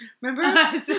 Remember